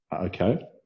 okay